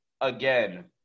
Again